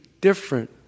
different